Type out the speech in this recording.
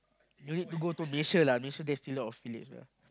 you need to go to Malaysia lah Malaysia there still a lot of village lah